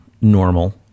normal